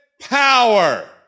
power